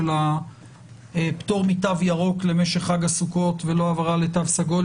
של הפטור מתו ירוק למשך חג הסוכות ולא העברה לתו סגול,